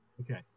Okay